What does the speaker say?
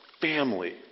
family